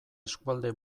eskualde